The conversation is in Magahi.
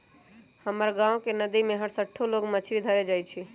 हमर गांव के नद्दी में हरसठ्ठो लोग मछरी धरे जाइ छइ